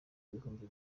ibihumbi